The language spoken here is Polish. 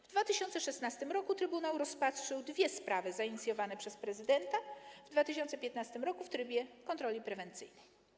W 2016 r. trybunał rozpatrzył dwie sprawy zainicjowane przez prezydenta w 2015 r. w trybie kontroli prewencyjnej.